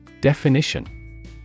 Definition